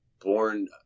born